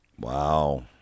Wow